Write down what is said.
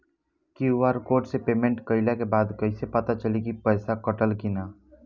QR code से payment कईला के बाद कईसे पता चली की पैसा कटल की ना?